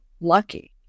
lucky